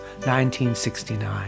1969